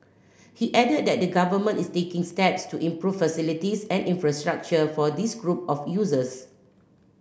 he added that the Government is taking steps to improve facilities and infrastructure for this group of users